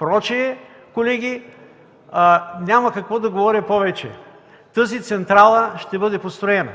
„Атака”. Колеги, няма какво да говоря повече. Тази централа ще бъде построена.